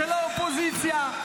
-- של האופוזיציה,